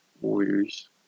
Warriors